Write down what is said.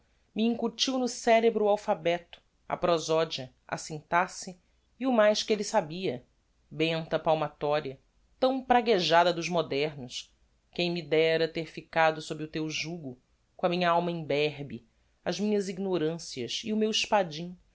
me incutiu no cerebro o alphabeto a prosodia a syntaxe e o mais que elle sabia benta palmatoria tão praguejada dos modernos quem me dera ter ficado sob o teu jugo com a minha alma imberbe as minhas ignorancias e o meu espadim